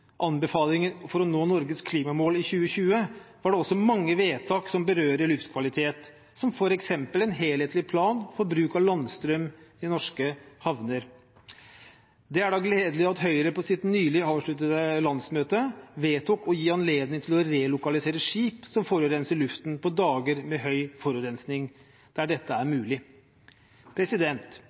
anbefalinger for å nå Norges klimamål i 2020, var det også mange vedtak som berører luftkvalitet, som f.eks. en helhetlig plan for bruk av landstrøm i norske havner. Det er da gledelig at Høyre, på sitt nylig avsluttede landsmøte, vedtok å gi anledning til å relokalisere skip som forurenser luften på dager med høy luftforurensing, der dette er